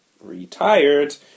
Retired